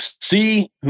see